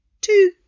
two